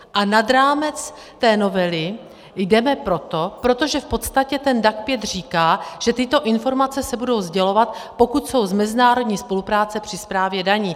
A nad rámec té novely jdeme proto, protože v podstatě DAC 5 říká, že tyto informace se budou sdělovat, pokud jsou z mezinárodní spolupráce při správě daní.